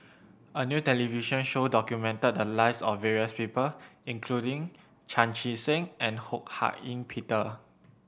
a new television show documented the lives of various people including Chan Chee Seng and Ho Hak Ean Peter